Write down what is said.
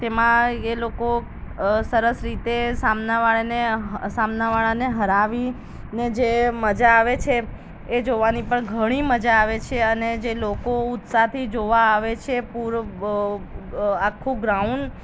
તેમાં એ લોકો સરસ રીતે સામનાવાળાને હ સામનાવાળાને હરાવી ને જે મજા આવે છે એ જોવાની પણ ઘણી મજા આવે છે અને જે લોકો ઉત્સાહથી જોવા આવે છે પૂર આખું ગ્રાઉન્ડ